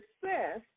success